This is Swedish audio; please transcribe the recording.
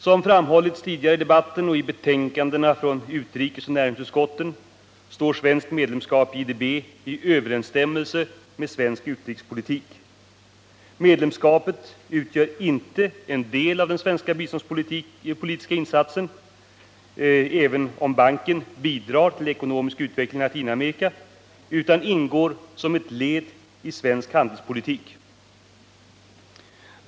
Som framhållits tidigare i debatten och i betänkandena från utrikesutskottet och näringsutskottet står svenskt medlemskap i IDB i överensstämmelse med svensk utrikespolitik. Medlemskapet utgör inte en del av de svenska biståndspolitiska insatserna, även om banken bidrar till ekonomisk utveckling i Latinamerika, utan ingår som ett led i svensk handelspolitik.